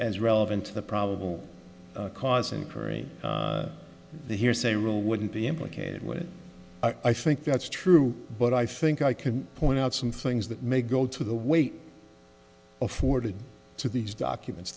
as relevant to the probable cause and karim the hearsay rule wouldn't be implicated when i think that's true but i think i can point out some things that may go to the weight afforded to these documents